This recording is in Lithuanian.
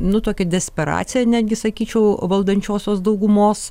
nu tokia desperacija netgi sakyčiau valdančiosios daugumos